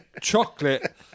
chocolate